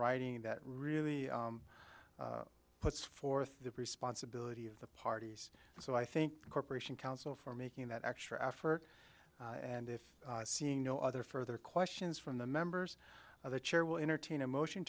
writing that really puts forth the responsibility of the parties so i think the corporation counsel for making that extra effort and if seeing no other further questions from the members of the chair will entertain a motion